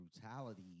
brutality